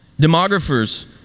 Demographers